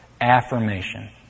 Affirmation